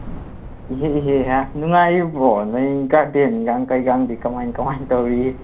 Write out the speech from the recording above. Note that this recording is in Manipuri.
ꯏꯍꯦ ꯏꯍꯦ ꯍꯦ ꯅꯨꯡꯉꯥꯏꯔꯤꯕ꯭ꯔꯣ ꯅꯣꯏ ꯒꯥꯔꯗꯦꯟ ꯅꯨꯡꯒꯥꯡ ꯀꯩꯒꯥꯡꯗꯤ ꯀꯃꯥꯏ ꯀꯃꯥꯏꯅ ꯇꯧꯔꯤꯒꯦ